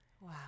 Wow